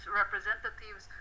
representatives